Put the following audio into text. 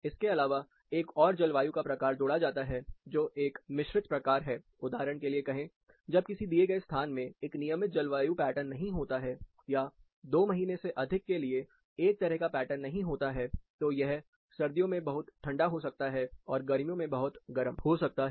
इसके अलावा एक और जलवायु का प्रकार जोड़ा जाता है जो एक मिश्रित प्रकार है उदाहरण के लिए कहें जब किसी दिए गए स्थान में एक नियमित जलवायु पैटर्न नहीं होता है या 2 महीने से अधिक के लिए एक तरह का पैटर्न नहीं होता है तो यह सर्दियों में बहुत ठंडा हो सकता है और गर्मियों में बहुत गर्म हो सकता है